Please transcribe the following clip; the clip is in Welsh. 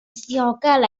ddiogel